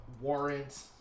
warrant